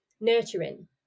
nurturing